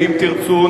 ואם תרצו,